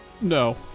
no